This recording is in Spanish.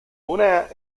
una